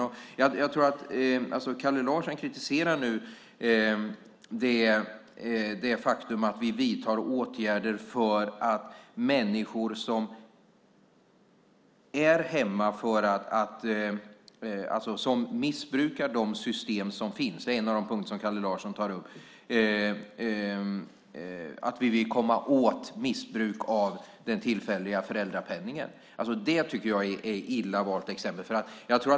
Kalle Larsson kritiserar det faktum att vi vidtar åtgärder för att komma åt missbruk av den tillfälliga föräldrapenningen. Det var en av de punkter som Kalle Larsson tog upp. Det tycker jag är ett illa valt exempel.